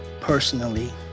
personally